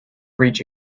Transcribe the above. reach